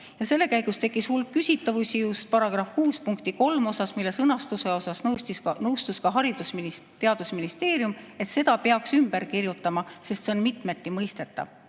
ja selle käigus tekkis hulk küsitavusi just § 6 [lõike] 3 kohta, mille sõnastuse osas nõustus ka Haridus- ja Teadusministeerium, et selle peaks ümber kirjutama, sest see on mitmeti mõistetav.